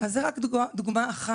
אז זו רק דוגמא אחת,